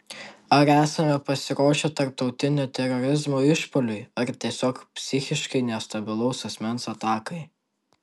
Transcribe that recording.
ar esame pasiruošę tarptautinio terorizmo išpuoliui ar tiesiog psichiškai nestabilaus asmens atakai